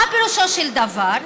מה פירושו של דבר?